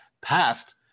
passed